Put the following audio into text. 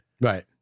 Right